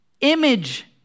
Image